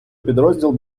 підрозділ